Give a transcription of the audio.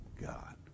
God